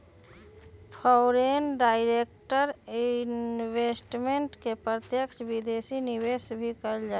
foreign direct investment के प्रत्यक्ष विदेशी निवेश भी कहल जा हई